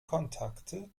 kontakte